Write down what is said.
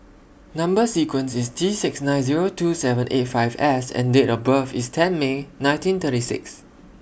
Number sequence IS T six nine Zero two seven eight five S and Date of birth IS ten May nineteen thirty six